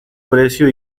precio